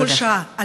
בכל שעה,